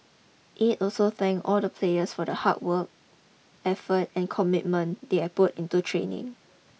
Aide also thank all of the players for the hard work effort and commitment they had put into training